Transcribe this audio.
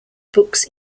books